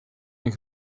een